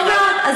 טוב מאוד.